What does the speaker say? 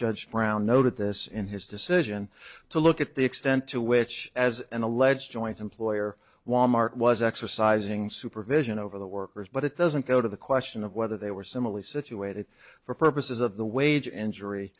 judge brown noted this in his decision to look at the extent to which as an alleged joint employer wal mart was exercising supervision over the workers but it doesn't go to the question of whether they were similarly situated for purposes of the wage injury